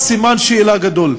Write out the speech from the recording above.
סימן-שאלה גדול.